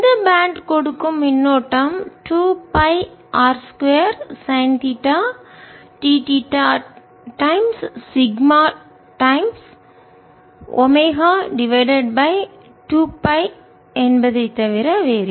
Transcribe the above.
rsinθω எனவே இந்த பேண்ட் கொடுக்கும் மின்னோட்டம் 2 pi r 2 sine theta d theta times sigma times omega divided by two pi தவிர வேறில்லை